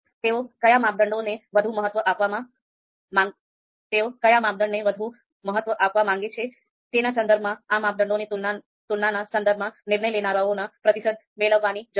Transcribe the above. તેઓ કયા માપદંડને વધુ મહત્વ આપવા માગે છે તેના સંદર્ભમાં આ માપદંડોની તુલનાના સંદર્ભમાં નિર્ણય લેનારાઓના પ્રતિસાદ મેળવવાની જરૂર છે